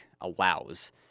allows